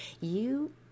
You